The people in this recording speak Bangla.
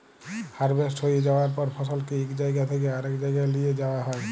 হারভেস্ট হঁয়ে যাউয়ার পর ফসলকে ইক জাইগা থ্যাইকে আরেক জাইগায় লিঁয়ে যাউয়া হ্যয়